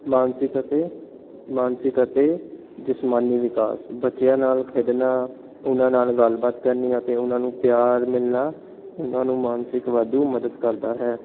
ਮਾਨਸਿਕ ਅਤੇ ਮਾਨਸਿਕ ਅਤੇ ਜਿਸਮਾਨੀ ਵਿਕਾਸ ਬੱਚਿਆਂ ਨਾਲ ਖੇਡਣਾ ਉਹਨਾਂ ਨਾਲ ਗੱਲਬਾਤ ਕਰਨੀਆਂ ਅਤੇ ਉਹਨਾਂ ਨੂੰ ਪਿਆਰ ਮਿਲਣਾ ਉਹਨਾਂ ਨੂੰ ਮਾਨਸਿਕ ਵਾਧੂ ਮਦਦ ਕਰਦਾ ਹੈ